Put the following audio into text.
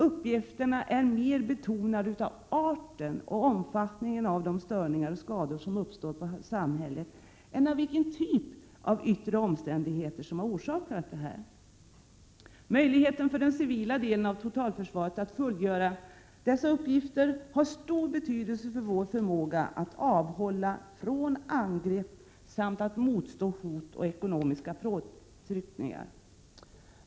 Uppgifterna är mer beroende av arten och omfattningen av de störningar och skador som uppstår på samhället än av vilken typ av yttre omständigheter som har orsakat dessa. Möjligheten för den civila delen av totalförsvaret att fullgöra dessa uppgifter har stor betydelse för vår förmåga att avhålla från angrepp samt att motstå hot och ekonomiska påtryckningar.